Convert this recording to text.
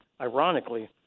ironically